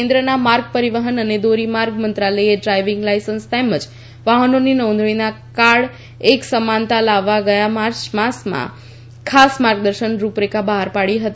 કેન્દ્રના માર્ગ પરિવહન અને ધોરીમાર્ગ મંત્રાલયે ડ્રાઈવિંગ લાઈસન્સ તેમજ વાહનની નોંધણીના કાર્ડમાં એક સમાનતા લાવવા ગયા માર્ચ માસમાં ખાસ માર્ગદર્શક રૂપરેખા બહાર પાડી હતી